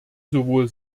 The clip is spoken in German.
sowohl